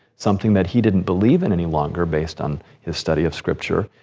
something that he didn't believe in any longer based on his study of scripture.